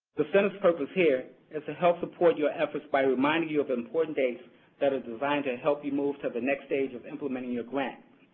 the center's purpose here is to help support your efforts by reminding you of important dates that designed to help you move to the next stage of implementing your grant.